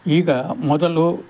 ಈಗ ಮೊದಲು